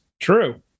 True